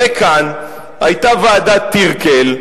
הרי כאן היתה ועדת-טירקל,